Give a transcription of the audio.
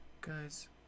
Guys